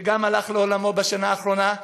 שגם הלך לעולמו בשנה האחרונה,